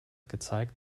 gezeigt